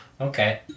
Okay